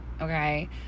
okay